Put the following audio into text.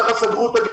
כך סגרו אותן.